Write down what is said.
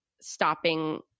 stopping